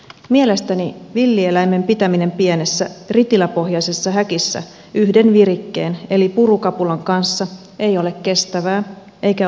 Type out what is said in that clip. mielestäni villieläimen pitäminen pienessä ritiläpohjaisessa häkissä yhden virikkeen eli purukapulan kanssa ei ole kestävää eikä oikein